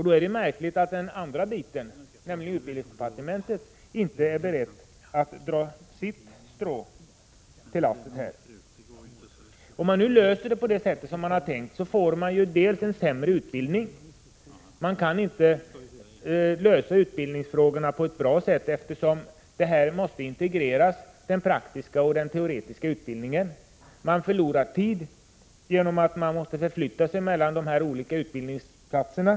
Då är det märkligt att man från det andra hållet — utbildningsdepartementet — inte är beredd att dra sitt strå till stacken. Den lösning som nu har skisserats innebär att man får en sämre utbildning. Man kan inte lösa utbildningsfrågorna på ett bra sätt då, eftersom den praktiska och teoretiska utbildningen måste integreras. Man förlorar tid genom att man tvingas förflytta sig mellan de olika utbildningsplatserna.